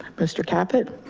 mr. caput.